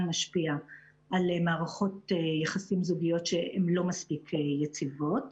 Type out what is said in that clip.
משפיע על מערכות יחסים זוגיות שהן לא מספיק יציבות.